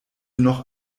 noch